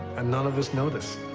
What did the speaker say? and none of us noticed.